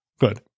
good